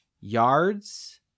Yards